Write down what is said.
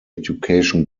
education